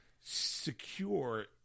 secure